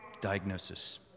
diagnosis